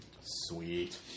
Sweet